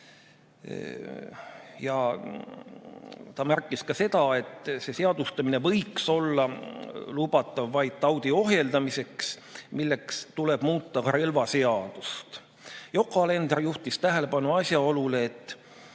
Ta märkis ka seda, et see seadustamine võiks olla lubatav vaid taudi ohjeldamiseks, milleks tuleb muuta relvaseadust. Yoko Alender juhtis tähelepanu asjaolule, et